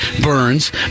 Burns